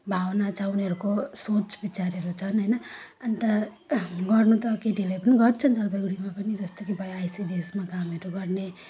भावना छ उनीहरूको सोच बिचारहरू छन् हैन अनि त गर्नु त केटीहरूले पनि गर्छन् जलपाइगुडीमा पनि जस्तो कि भयो आइसिडिएसमा कामहरू गर्ने